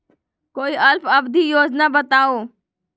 कोई अल्प अवधि योजना बताऊ?